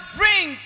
bring